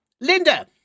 Linda